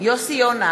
יוסי יונה,